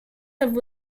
have